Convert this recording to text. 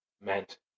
meant